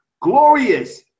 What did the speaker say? glorious